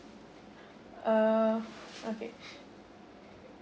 uh okay